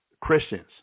Christians